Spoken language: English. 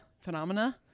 phenomena